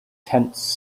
tents